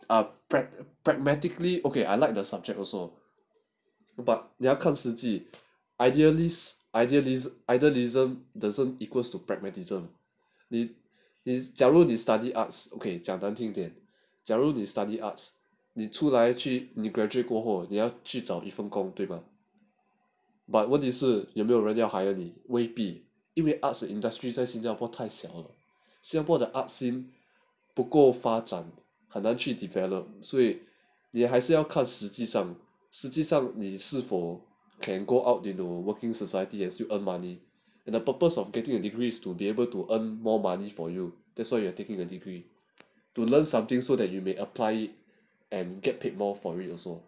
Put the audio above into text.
ah prag~ pragmatically okay I like the subject also but 你要看实际 idealised idealist idealism doesn't equals to pragmatism is 假如你 study arts okay 讲难听一点假如你 study arts 你出来去你 graduate 过后你要去找一份工对吗 but 问题是是有没有人要你因为未必 it may arts industry 在新加坡大小新加坡的 arts 不够发展很难去 develop 所以也还是要看实际上实际上你是否 can go out into working society as you earn money in the purpose of getting a degree to be able to earn more money for you that's why you are taking a degree to learn something so that you may apply it and get paid more for it also